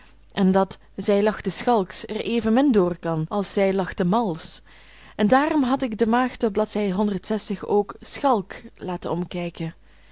en dat zij lachte schalks er evenmin doorkan als zij lachte mals en daarom had ik de maagd op bladzij ook schalk laten omkijken